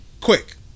Quick